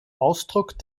ausdruck